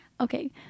Okay